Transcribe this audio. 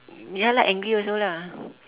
ya lah angry also lah